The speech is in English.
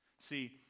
See